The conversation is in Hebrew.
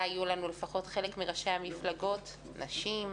ושחלק מראשי המפלגות יהיו נשים,